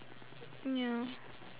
ya